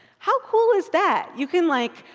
how cool is that? you can, like,